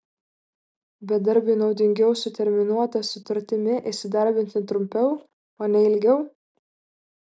bedarbiui naudingiau su terminuota sutartimi įsidarbinti trumpiau o ne ilgiau